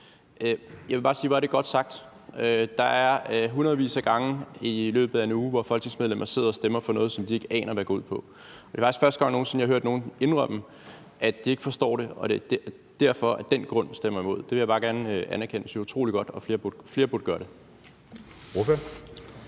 Jeg vil bare sige: Hvor er det godt sagt. Der er hundredvis af gange i løbet af en uge, hvor folketingsmedlemmer sidder og stemmer om noget, som de ikke aner hvad går ud på. Det er faktisk første gang nogen sinde, jeg har hørt nogen indrømme, at de ikke forstår det, og at de derfor af den grund stemmer imod. Det vil jeg bare gerne anerkende. Det synes jeg er utrolig godt, og flere burde gøre det. Kl.